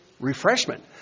refreshment